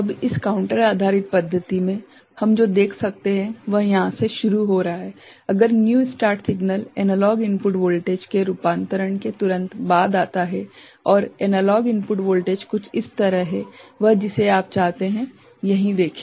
अब इस काउंटर आधारित पद्धति में हम जो देख सकते हैं वह यहा से शुरू हो रहा है अगर new start signal analog input voltage के रूपांतरण के तुरंत बाद आता है और एनालॉग इनपुट वोल्टेज कुछ इस तरह है वह जिसे आप चाहते हैं यहीं देखें